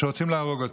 שרוצים להרוג אותו.